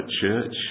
church